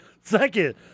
Second